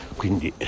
quindi